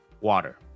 water